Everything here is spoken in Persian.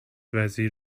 وزیر